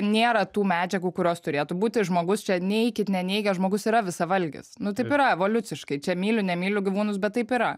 nėra tų medžiagų kurios turėtų būti žmogus čia neikit neneigę žmogus yra visavalgis nu taip yra evoliuciškai čia myliu nemyliu gyvūnus bet taip yra